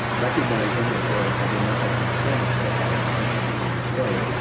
recognizing that there are governmental constraints that will potentially come into play,